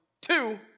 two